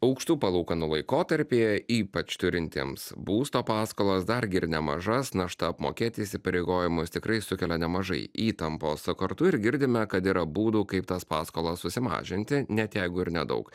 aukštų palūkanų laikotarpyje ypač turintiems būsto paskolas dar gi ir nemažas našta apmokėti įsipareigojimus tikrai sukelia nemažai įtampos o kartu ir girdime kad yra būdų kaip tas paskolas susimažinti net jeigu ir nedaug